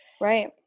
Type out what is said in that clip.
right